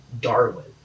Darwin